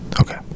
Okay